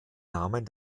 namen